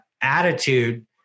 attitude